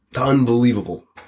unbelievable